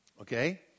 Okay